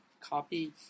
copy